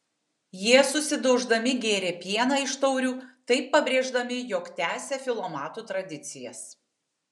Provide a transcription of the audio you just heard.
jie susidauždami gėrė pieną iš taurių taip pabrėždami jog tęsia filomatų tradicijas